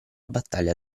battaglia